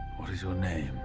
what is your name?